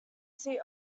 seat